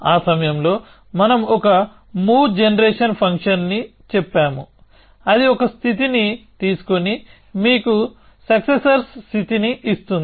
ఆ సమయంలో మనం ఒక మూవ్ జనరేషన్ ఫంక్షన్ని చెప్పాము అది ఒక స్థితిని తీసుకొని మీకు సక్ససర్స్ స్థితిని ఇస్తుంది